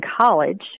college